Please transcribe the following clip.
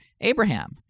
Abraham